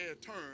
turn